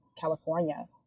California